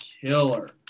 killer